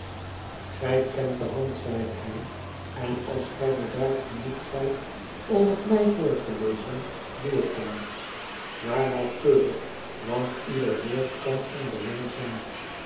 gij kent de hand zeide hij en als gij bedaard genoeg zijt om het mij voor te lezen doe het dan maar nauwkeurig want ieder woord kan van belang zijn